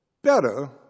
Better